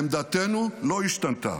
עמדתנו לא השתנתה.